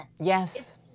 Yes